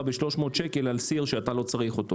ב-300 שקלים על סיר שאתה לא צריך אותו.